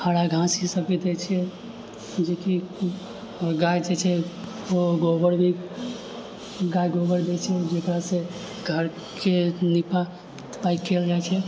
हरा घास ई सब भी दै छै जे कि गाय जे छै ओ गोबर भी गाय गोबर दै छै जकरासँ घरके नीपा पोताइ कयल जाइ छै